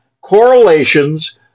correlations